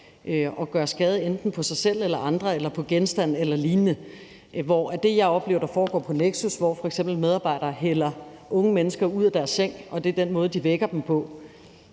at gøre skade end på sig selv eller andre eller genstande eller lignende. Men det, jeg oplever, der foregår på Nexus, hvor f.eks. medarbejdere hælder unge mennesker ud af deres seng – det er den måde, de vækker dem på